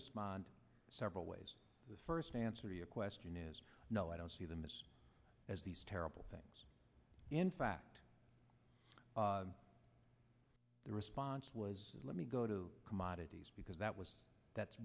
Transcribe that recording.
respond several ways the first answer your question is no i don't see them as these terrible things in fact their response was let me go to commodities because that was that's